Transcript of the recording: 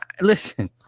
listen